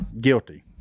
guilty